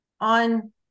on